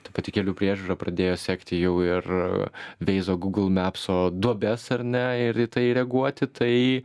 ta pati kelių priežiūra pradėjo sekti jau ir veizo gūgl mepso duobes ar ne ir į tai reaguoti tai